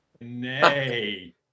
Nay